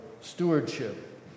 stewardship